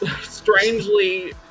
strangely